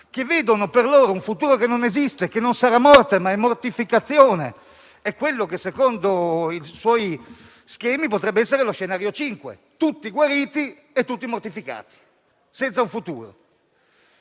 che vedono per se stessi un futuro che non esiste, che non sarà morte, ma è mortificazione. È quello che, secondo i suoi schemi, potrebbe essere le scenario 5: tutti guariti e tutti mortificati, senza un futuro.